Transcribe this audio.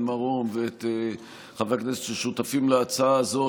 מרום ואת חברי הכנסת ששותפים להצעה הזו,